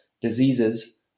diseases